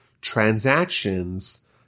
transactions